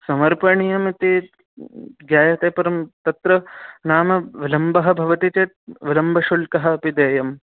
समर्पणीयमिति ज्ञायते परं तत्र नाम विलम्बः भवति चेत् विलम्बशुल्कः अपि देयम्